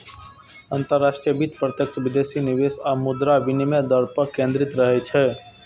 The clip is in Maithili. अंतरराष्ट्रीय वित्त प्रत्यक्ष विदेशी निवेश आ मुद्रा विनिमय दर पर केंद्रित रहै छै